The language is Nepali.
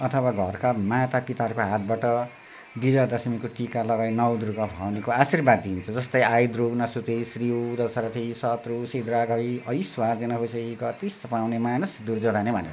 अथवा घरका मातापिताहरूको हातबाट विजया दसमीको टिका लगाई नौ दुर्गा भवानीको आशीर्वाद लिइन्छ जस्तै आयुर्द्रोणसुते श्रीयं दशरथे शत्रुक्षयं राघवे ऐश्वर्य नहुषे गतिश्च पवने मानञ्च दुर्योधने भनेर